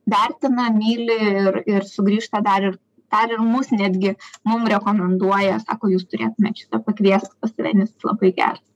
vertina myli ir ir sugrįžta dar ir dar ir mus netgi mum rekomenduoja sako jūs turėtumėt šitą pakviest pas save nes labai geras